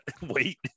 wait